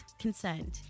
consent